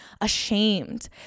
ashamed